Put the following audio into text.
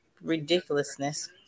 ridiculousness